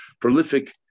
prolific